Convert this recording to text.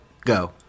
go